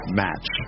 match